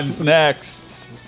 next